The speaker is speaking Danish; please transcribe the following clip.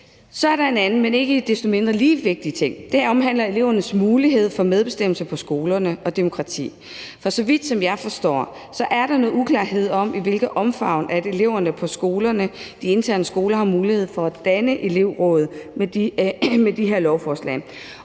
Så er der en anden, men ikke desto mindre lige vigtig ting. Det omhandler elevernes mulighed for medbestemmelse på skolerne og demokrati. For så vidt jeg forstår, er der noget uklarhed om, i hvilket omfang eleverne på skolerne, de interne skoler, har mulighed for at danne elevråd med de her lovforslag.